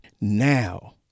Now